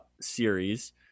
series